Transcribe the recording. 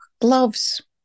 gloves